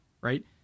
right